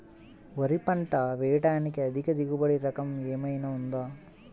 వరి పంట వేయటానికి అధిక దిగుబడి రకం ఏమయినా ఉందా?